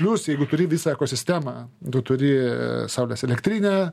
plius jeigu turi visą ekosistemą du turi saulės elektrinę